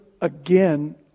again